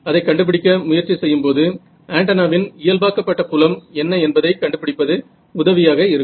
அதைக் கண்டுபிடிக்க முயற்சி செய்யும்போது ஆன்டென்னாவின் இயல்பாக்கப்பட்ட புலம் என்ன என்பதை கண்டுபிடிப்பது உதவியாக இருக்கும்